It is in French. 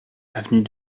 avenue